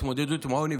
ההתמודדות עם עוני,